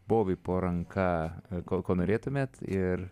bovį po ranka ko ko norėtumėt ir